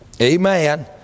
Amen